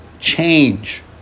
Change